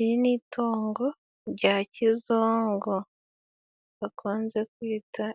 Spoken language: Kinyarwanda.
Iri ni itungo rya kizungu bakunze kwita